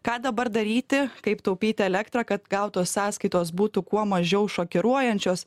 ką dabar daryti kaip taupyti elektrą kad gautos sąskaitos būtų kuo mažiau šokiruojančios